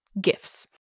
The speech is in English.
gifts